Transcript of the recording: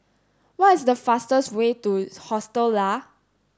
what is the fastest way to Hostel Lah